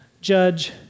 judge